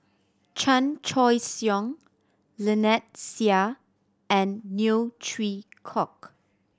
Chan Choy Siong Lynnette Seah and Neo Chwee Kok